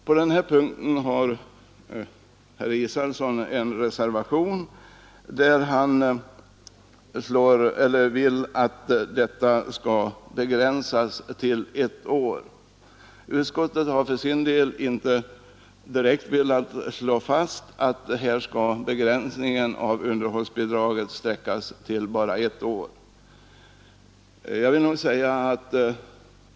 På den punkten har herr Israelsson till betänkandet fogat en reservation, där han yrkar att underhållsskyldigheten skall begränsas till ett år. Utskottsmajoriteten har för sin del inte direkt velat slå fast att underhållsskyldigheten skall utsträckas till bara ett år.